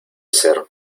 ser